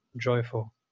joyful